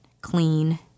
Clean